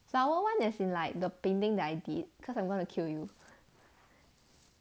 flower one as in like the painting that I did cause I'm gonna kill you